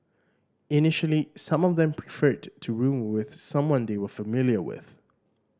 initially some of them preferred to room with someone they were familiar with